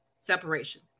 separation